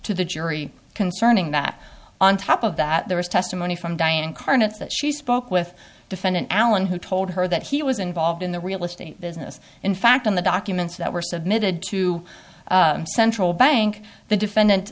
to the jury concerning that on top of that there was testimony from diane incarnates that she spoke with defendant allen who told her that he was involved in the real estate business in fact on the documents that were submitted to central bank the